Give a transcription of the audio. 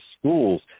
schools